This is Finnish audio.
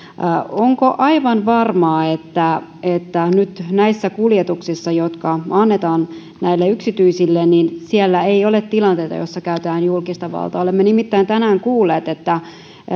onko aivan varmaa että että nyt näissä kuljetuksissa jotka annetaan näille yksityisille ei ole tilanteita joissa käytetään julkista valtaa olemme nimittäin tänään kuulleet että